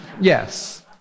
Yes